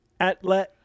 Atlet